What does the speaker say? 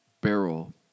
barrel